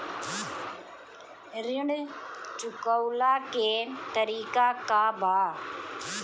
ऋण चुकव्ला के तरीका का बा?